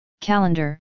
calendar